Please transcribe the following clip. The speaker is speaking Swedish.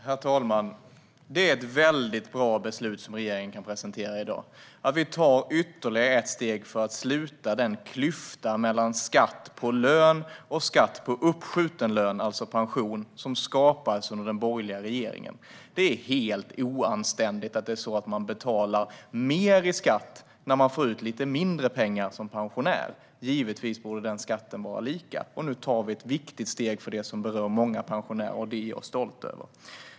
Herr talman! Det är ett väldigt bra beslut som regeringen kan presentera i dag - att vi tar ytterligare ett steg för att sluta den klyfta mellan skatt på lön och skatt på uppskjuten lön, alltså pension, som skapades under den borgerliga regeringen. Det är helt oanständigt att man betalar mer i skatt när man få ut lite mindre pengar som pensionär. Givetvis borde den skatten vara lika. Nu tar vi ett viktigt steg för det som berör många pensionärer, och det är jag stolt över.